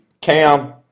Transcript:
Cam